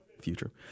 future